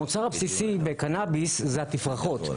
המוצר הבסיסי בקנביס הוא התפרחות.